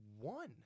one